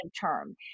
term